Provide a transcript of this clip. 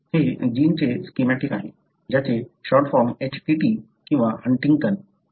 हे जीनचे स्कीमॅटिक आहे ज्याचे शॉर्ट फॉर्म Htt किंवा हंटिंग्टन हंटिंगटिन आहे